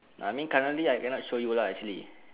I mean currently I cannot show you lah actually